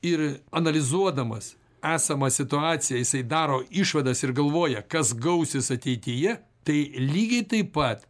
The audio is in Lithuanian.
ir analizuodamas esamą situaciją jisai daro išvadas ir galvoja kas gausis ateityje tai lygiai taip pat